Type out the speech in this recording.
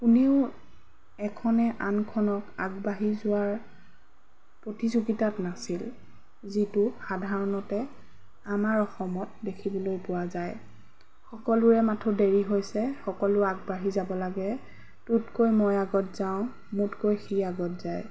কোনেও এখনে আনখনক আগবাঢ়ি যোৱাৰ প্ৰতিযোগিতাত নাছিল যিটো সাধাৰণতে আমাৰ অসমত দেখিবলৈ পোৱা যায় সকলোৰে মাথো দেৰি হৈছে সকলো আগবাঢ়ি যাব লাগে তোতকৈ মই আগত যাওঁ মোতকৈ সি আগত যায়